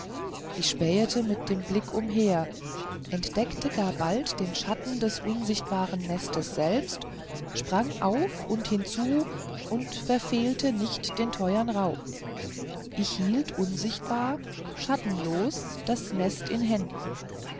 ich spähete mit dem blick umher entdeckte gar bald den schatten des unsichtbaren nestes selbst sprang auf und hinzu und verfehlte nicht den teuern raub ich hielt unsichtbar schattenlos das nest in händen